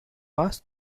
pass